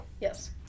Yes